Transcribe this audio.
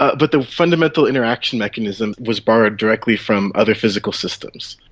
ah but the fundamental interaction mechanism was borrowed directly from other physical systems.